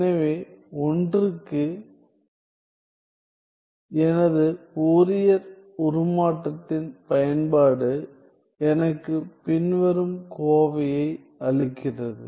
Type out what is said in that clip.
எனவே 1க்கு எனது ஃபோரியர் உருமாற்றத்தின் பயன்பாடு எனக்கு பின்வரும் கோவையை அளிக்கிறது